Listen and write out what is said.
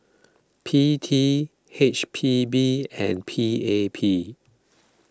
P T H P B and P A P